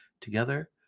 Together